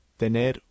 Tener